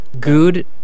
Good